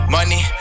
Money